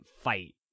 fight